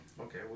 Okay